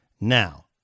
now